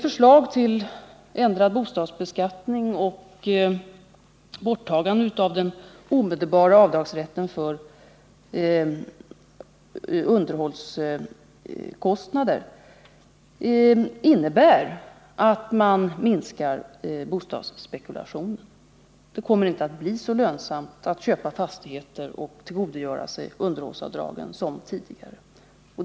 Förslaget om ändrad bostadsbeskattning och borttagande av den omedelbara avdragsrätten för underhållskostnader innebär en minskning av bostadsspekulationen. Det kommer inte att bli så lönsamt att köpa fastigheter och att tillgodogöra sig underhållsavdragen som det tidigare har varit.